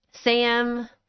Sam